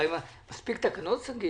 שגית, מספיקות תקנות?